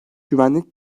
güvenlik